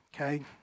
okay